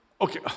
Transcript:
okay